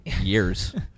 years